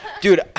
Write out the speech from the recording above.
dude